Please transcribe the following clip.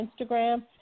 Instagram